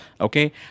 Okay